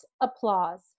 applause